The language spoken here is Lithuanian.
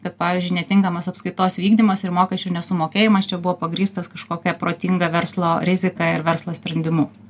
kad pavyzdžiui netinkamas apskaitos vykdymas ir mokesčių nesumokėjimas čia buvo pagrįstas kažkokia protinga verslo rizika ir verslo sprendimu